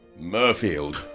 Murfield